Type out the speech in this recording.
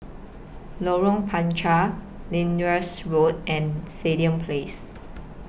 Lorong Panchar Road and Stadium Place